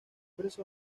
preso